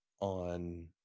on